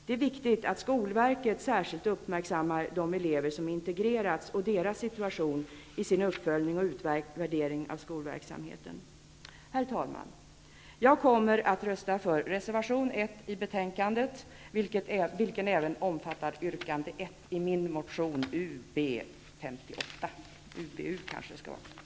Det är viktigt att skolverket i sin uppföljning och utvärdering av skolverksamheten särskilt uppmärksammar de elever som har integrerats och deras situation. Herr talman! Jag kommer att rösta för reservation